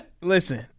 Listen